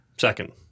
Second